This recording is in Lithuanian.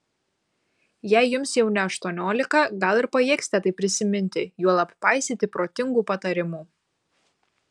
jei jums jau ne aštuoniolika gal ir pajėgsite tai prisiminti juolab paisyti protingų patarimų